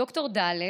ד"ר ד',